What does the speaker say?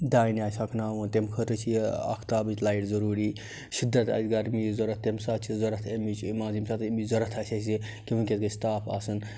دانہِ آسہِ ہۄکھناوُن تَمہِ خٲطرٕ چھِ یہِ آختابٕچ لایٹ ضٔروٗری شِدت آسہِ گرمی یِچ ضوٚرتھ تَمہِ ساتہٕ چھِ ضوٚرتھ اَمِچ مان ژٕ ییٚمہِ ساتہٕ اَمِچ ضوٚرتھ آسہِ اَسہِ کہِ وٕنۍکٮ۪س گَژھِ تاپھ آسُن